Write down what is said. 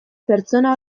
pertsona